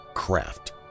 craft